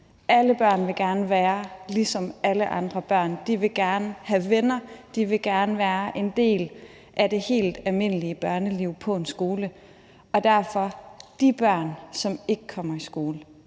Alle børn vil gerne være ligesom alle andre børn. De vil gerne have venner, og de vil gerne være en del af det helt almindelige børneliv på en skole. De børn, der ikke kommer i skole,